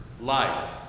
life